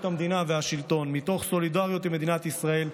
המדינה והשלטון מתוך סולידריות למדינת ישראל,